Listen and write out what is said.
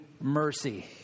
mercy